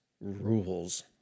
rules